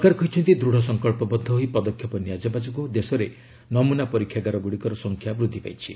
ସରକାର କହିଛନ୍ତି ଦୃଢ଼ ସଂକଳ୍ପବଦ୍ଧ ହୋଇ ପଦକ୍ଷେପ ନିଆଯିବା ଯୋଗୁଁ ଦେଶରେ ନମୁନା ପରୀକ୍ଷାଗାରଗୁଡ଼ିକର ସଂଖ୍ୟା ବୃଦ୍ଧି ପାଇଛି